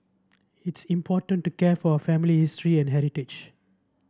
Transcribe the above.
it's important to care for our family history and heritage